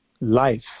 life